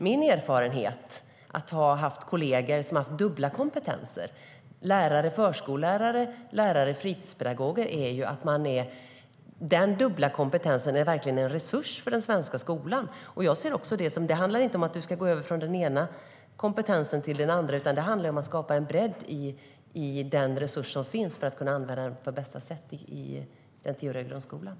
Min erfarenhet av att ha haft kolleger som har haft dubbla kompetenser - lärare och förskollärare samt lärare och fritidspedagoger - är att den dubbla kompetensen verkligen är en resurs för den svenska skolan.